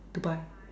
to buy